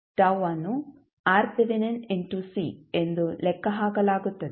τ ಅನ್ನು ಎಂದು ಲೆಕ್ಕಹಾಕಲಾಗುತ್ತದೆ